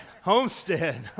homestead